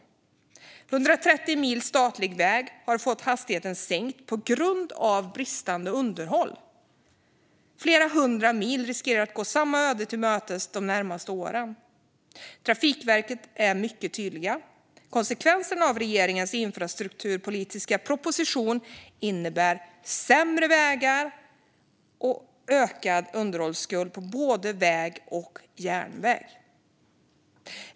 På 130 mil statlig väg har hastigheten sänkts på grund av bristande underhåll. Flera hundra mil riskerar att gå samma öde till mötes de närmaste åren. Trafikverket är mycket tydliga. Konsekvensen av regeringens infrastrukturpolitiska proposition är sämre vägar och en ökad underhållsskuld när det gäller både väg och järnväg.